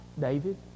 David